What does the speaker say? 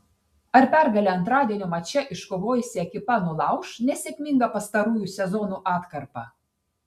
ar pergalę antradienio mače iškovojusi ekipa nulauš nesėkmingą pastarųjų sezonų atkarpą